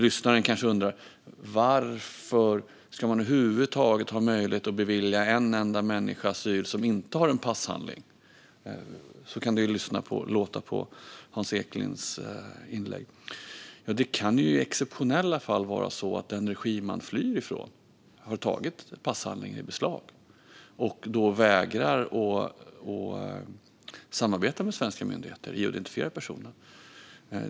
Lyssnaren kanske undrar varför man över huvud taget ska ha möjlighet att bevilja en enda människa asyl som saknar passhandling, för så kan det låta på Hans Eklinds inlägg. Ja, det kan ju i exceptionella fall vara så att den regim man flyr från har tagit passhandlingarna i beslag och vägrar att samarbeta med svenska myndigheter för att identifiera personen.